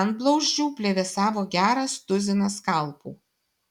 antblauzdžių plevėsavo geras tuzinas skalpų